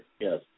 yes